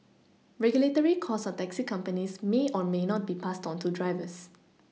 regulatory costs on taxi companies may or may not be passed onto drivers